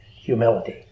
humility